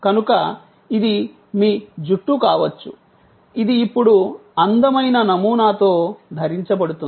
కనుక ఇది మీ జుట్టు కావచ్చు ఇది ఇప్పుడు అందమైన నమూనాతో ధరించబడుతుంది